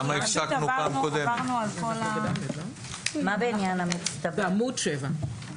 מה בעניין "המצטבר"?